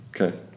Okay